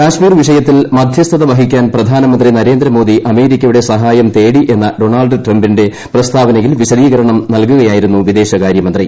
കാശ്മീർ വിഷയത്തിൽ മധ്യസ്ഥത വഹിക്കാൻ പ്രധാനമന്ത്രി നരേന്ദ്രമോദി അമേരിക്കയുടെ സഹായം തേടിയെന്ന ഡൊണാൾഡ് ട്രംപിന്റെ പ്രസ്താവനയിൽ വിശദീകരണം നൽകുകയായിരുന്നു വിദേശകാര്യ മന്ത്രി